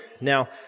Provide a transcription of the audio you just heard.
Now